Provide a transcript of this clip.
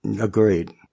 Agreed